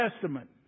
Testament